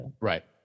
Right